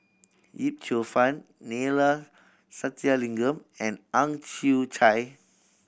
Yip Cheong Fun Neila Sathyalingam and Ang Chwee Chai